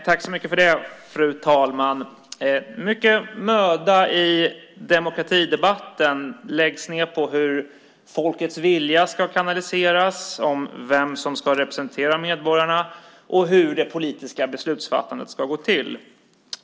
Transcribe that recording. Fru talman! Det läggs mycket möda i demokratidebatten på hur folkets vilja ska kanaliseras, om vem som ska representera medborgarna och hur det politiska beslutsfattandet ska gå till.